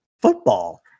football